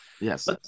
Yes